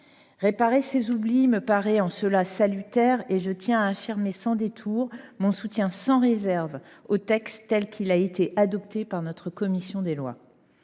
Réparer ces oublis me paraît en cela salutaire et je tiens à affirmer mon soutien sans réserve au texte tel qu’il a été adopté par notre commission des lois.